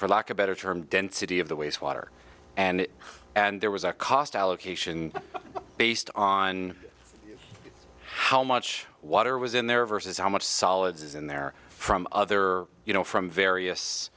for lack of better term density of the waste water and and there was a cost allocation based on how much water was in there versus how much solids is in there from other you know from various